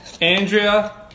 Andrea